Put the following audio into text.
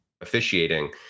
Officiating